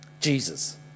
Jesus